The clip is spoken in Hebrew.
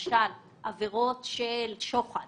בעבירות של שוחד